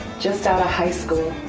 just out of high school.